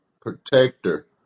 protector